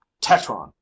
Tetron